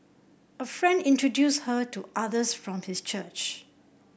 a friend introduced her to others from his church